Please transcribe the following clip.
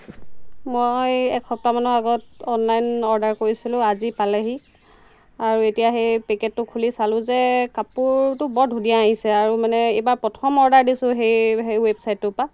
মই এসপ্তাহমানৰ আগত অনলাইন অৰ্ডাৰ কৰিছিলোঁ আজি পালেহি আৰু এতিয়া সেই পেকেটটো খুলি চালোঁ যে কাপোৰটো বৰ ধুনীয়া আহিছে আৰু মানে এইবাৰ প্ৰথম অৰ্ডাৰ দিছোঁ সেই সেই ৱেবছাইটটোৰ পৰা